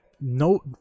No